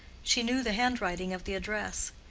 she knew the handwriting of the address.